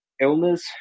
illness